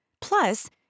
Plus